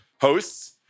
hosts